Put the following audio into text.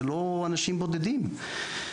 זה לא אנשים בודדים.